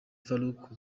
farouk